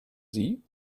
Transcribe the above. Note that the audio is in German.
sie